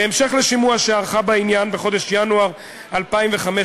בהמשך לשימוע שערכה בעניין בחודש ינואר 2015,